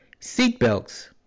seatbelts